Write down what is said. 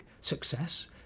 success